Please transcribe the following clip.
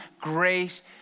grace